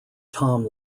tom